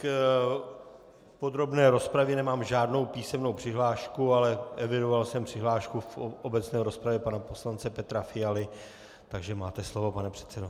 K podrobné rozpravě nemám žádnou písemnou přihlášku, ale evidoval jsem přihlášku v obecné rozpravě pana poslance Petra Fialy, takže máte slovo, pane předsedo.